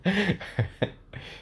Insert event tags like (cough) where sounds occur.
(laughs)